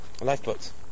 Lifeboats